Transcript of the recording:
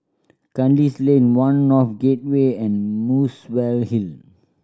Kandis Lane One North Gateway and Muswell Hill